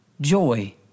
joy